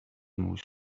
موش